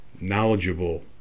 knowledgeable